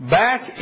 back